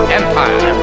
empire